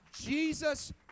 Jesus